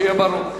שיהיה ברור.